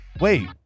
Wait